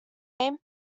name